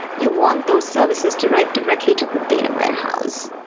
you want those services to write directly to the data warehouse.